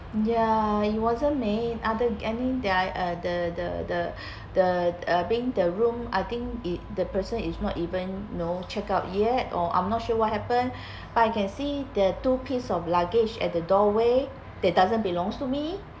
ya it wasn't made other I mean ah the the the the uh being the room I think it the person is not even know checked out yet or I'm not sure what happened but I can see the two piece of luggage at the doorway that doesn't belongs to me